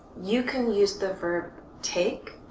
you can use the verb take,